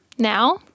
Now